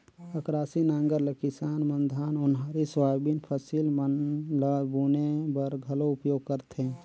अकरासी नांगर ल किसान मन धान, ओन्हारी, सोयाबीन फसिल मन ल बुने बर घलो उपियोग करथे